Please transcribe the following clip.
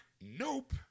Nope